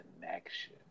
connection